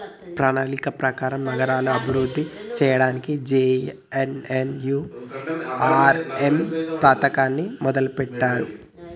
ప్రణాళిక ప్రకారం నగరాలను అభివృద్ధి సేయ్యడానికి జే.ఎన్.ఎన్.యు.ఆర్.ఎమ్ పథకాన్ని మొదలుబెట్టిర్రు